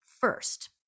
First